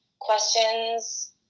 questions